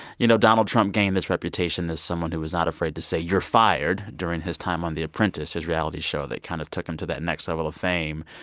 you know, donald trump gained this reputation as someone who was not afraid to say you're fired during his time on the apprentice his reality show that kind of took him to that next level of fame,